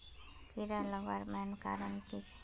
कीड़ा लगवार मेन कारण की छे?